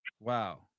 wow